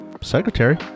secretary